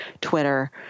Twitter